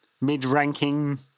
mid-ranking